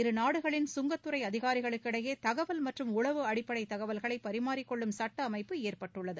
இரு நாடுகளின் சுங்கத்துறை அதிகாரிகளுக்கு இடையே தகவல் மற்றும் உளவு அடிப்படை தகவல்களை பரிமாறிக்கொள்ளும் சட்ட அமைப்பு ஏற்பட்டுள்ளது